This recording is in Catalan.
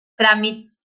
tràmits